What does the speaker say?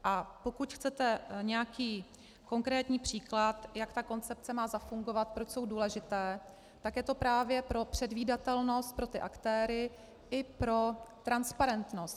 A pokud chcete nějaký konkrétní příklad, jak ta koncepce má zafungovat, proč je důležitá, tak je to právě pro předvídatelnost pro ty aktéry i pro transparentnost.